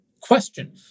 question